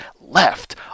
left